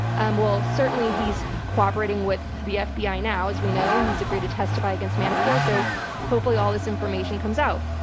um well, certainly he's cooperating with the fbi now. as we know, he's agreed to testify against manafort, so hopefully all this information comes out.